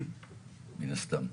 מן הסתם.